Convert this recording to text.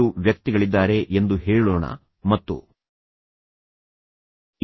ಇಬ್ಬರು ವ್ಯಕ್ತಿಗಳಿದ್ದಾರೆ ಎಂದು ಹೇಳೋಣ ಮತ್ತು ನಂತರ ನೀವು ಇಬ್ಬರ ಕಡೆಯೂ ನೋಡಲು ಸಾಧ್ಯವಾಗುತ್ತದೆ